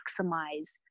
maximize